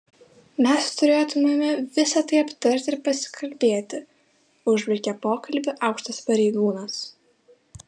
mes turėtumėme visa tai aptarti ir pasikalbėti užbaigė pokalbį aukštas pareigūnas